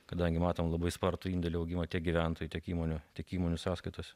kadangi matom labai spartų indėlių augimą tiek gyventojų tiek įmonių tiek įmonių sąskaitose